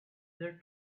were